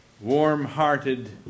warm-hearted